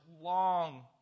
long